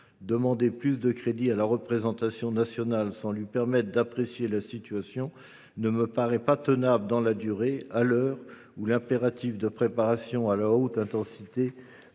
Demander plus de crédits à la représentation nationale sans lui permettre d’apprécier la situation ne me paraît pas tenable dans la durée, à l’heure où l’impératif de préparation à la haute intensité se